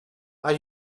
are